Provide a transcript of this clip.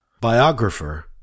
Biographer